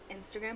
Instagram